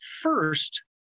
first